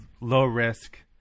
low-risk